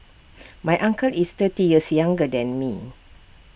my uncle is thirty years younger than me